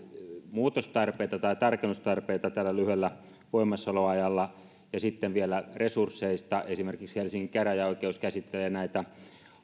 muutostarpeita tai tarkennustarpeita tällä lyhyellä voimassaoloajalla ja sitten vielä resursseista esimerkiksi helsingin käräjäoikeus käsittelee näitä